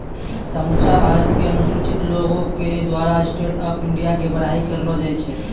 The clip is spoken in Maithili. समुच्चा भारत के अनुसूचित लोको के द्वारा स्टैंड अप इंडिया के बड़ाई करलो जाय छै